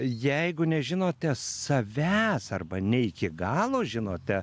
jeigu nežinote savęs arba ne iki galo žinote